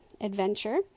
adventure